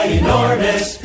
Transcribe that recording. enormous